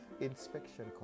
inspection